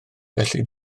felly